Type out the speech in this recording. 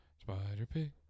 Spider-Pig